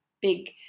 big